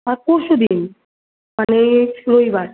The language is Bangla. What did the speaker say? আর পরশু দিন মানে রবিবার